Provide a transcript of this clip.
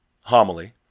homily